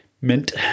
Mint